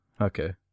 Okay